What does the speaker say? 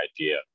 idea